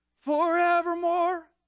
forevermore